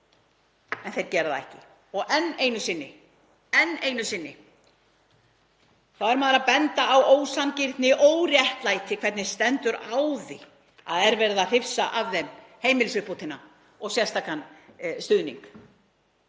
en þeir gera það ekki og enn einu sinni þá er maður að benda á ósanngirni og óréttlæti. Hvernig stendur á því að verið er að hrifsa af þeim heimilisuppbótina og sérstakan stuðning